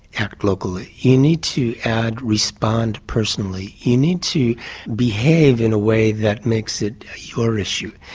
act locally'. you need to add respond personally. you need to behave in a way that makes it your issue,